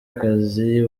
akazi